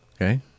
Okay